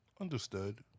Understood